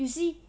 you see